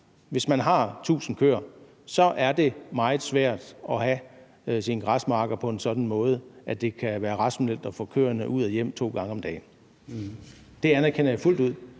hvis man har 1.000 køer, er det meget svært at have sine græsmarker på en sådan måde, at det kan være rationelt at få køerne ud og hjem, altså flytte dem to gange om dagen. Det anerkender jeg fuldt ud.